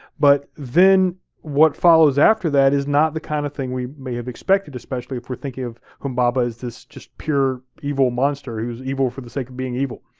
but then what follows after that is not the kind of thing we may have expected, especially if we're thinking of humbaba as this just pure evil monster, he was evil for the sake of being evil.